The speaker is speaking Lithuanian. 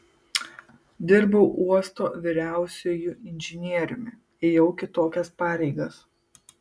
dirbau uosto vyriausiuoju inžinieriumi ėjau kitokias pareigas